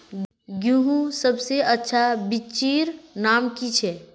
गेहूँर सबसे अच्छा बिच्चीर नाम की छे?